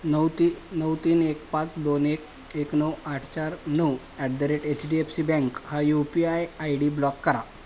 नऊ ती नऊ तीन एक पाच दोन एक एक नऊ आठ चार नऊ at the rate H D F C bank हा U P I I D block करा